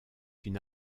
une